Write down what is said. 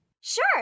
Sure